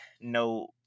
no